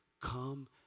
Come